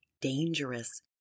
dangerous